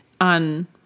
on